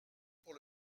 pour